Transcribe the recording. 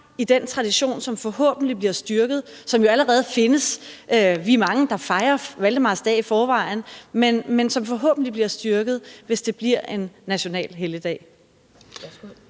i den tradition, som forhåbentlig bliver styrket, og som jo allerede findes. Vi er mange, der fejrer valdemarsdag i forvejen. Men det bliver forhåbentlig styrket, hvis det bliver en national helligdag.